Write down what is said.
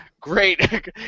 great